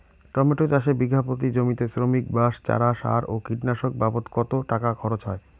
Tomato চাষে বিঘা প্রতি জমিতে শ্রমিক, বাঁশ, চারা, সার ও কীটনাশক বাবদ কত টাকা খরচ হয়?